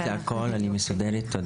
יש לי מים, יש לי הכל, אני מסודרת, תודה.